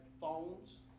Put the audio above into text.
phones